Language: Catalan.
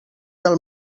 del